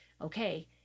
okay